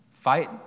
fight